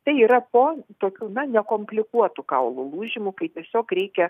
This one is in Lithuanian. tai yra po tokių na nekomplikuotų kaulų lūžimų kai tiesiog reikia